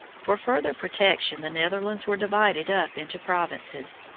for further protection the netherlands were divided up into provinces,